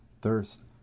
thirst